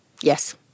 Yes